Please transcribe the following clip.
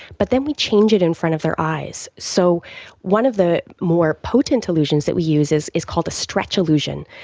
but then we change it in front of their eyes. so one of the more potent illusions that we use is is called the stretch illusion.